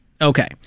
Okay